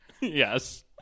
Yes